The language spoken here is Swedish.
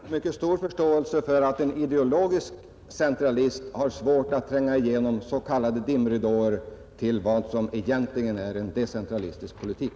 Herr talman! Jag har mycket stor förståelse för att en ideologisk centralist har svårt att tränga igenom, vad han kallar dimridåer, till kärnan av vad som egentligen är en decentralistisk politik.